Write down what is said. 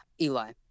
Eli